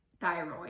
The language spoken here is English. thyroid